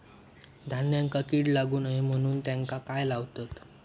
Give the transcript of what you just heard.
धान्यांका कीड लागू नये म्हणून त्याका काय लावतत?